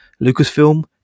Lucasfilm